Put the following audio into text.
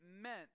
meant